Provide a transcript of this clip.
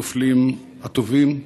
נופלים הטובים.